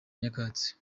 nyakatsi